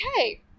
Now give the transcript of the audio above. okay